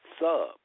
sub